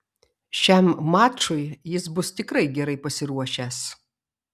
šiam mačui jis bus tikrai gerai pasiruošęs